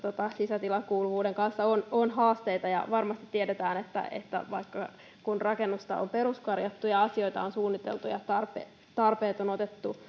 sisätilakuuluvuuden kanssa on on haasteita ja varmasti tiedetään että että kun rakennusta on peruskorjattu ja asioita on suunniteltu ja tarpeet tarpeet on otettu